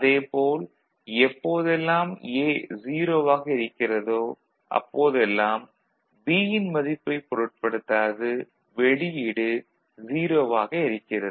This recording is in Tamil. அதே போல் எப்போதெல்லாம் A 0 ஆக இருக்கிறதோ அப்போதெல்லாம் B ன் மதிப்பைப் பொருட்படுத்தாது வெளியீடு 0 ஆக இருக்கிறது